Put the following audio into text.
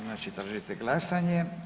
Znači tražite glasanje.